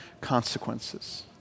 consequences